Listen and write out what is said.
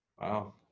Wow